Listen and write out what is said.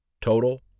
Total